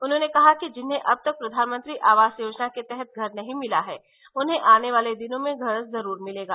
उन्होंने कहा कि जिन्हें अब तक प्रधानमंत्री आवास योजना के तहत घर नहीं मिला है उन्हें आने वाले दिनों में घर जरूर मिलेगा